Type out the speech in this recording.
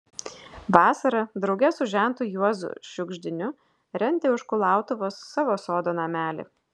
vasarą drauge su žentu juozu šiugždiniu rentė už kulautuvos savo sodo namelį